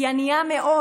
היא ענייה מאוד,